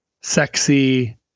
sexy